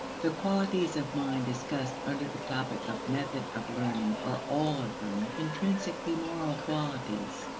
the qualities of mind discussed under the topic of method of learning are all of them intrinsically moral qualities.